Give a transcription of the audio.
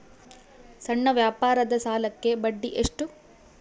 ಸಣ್ಣ ವ್ಯಾಪಾರದ ಸಾಲಕ್ಕೆ ಬಡ್ಡಿ ಎಷ್ಟು?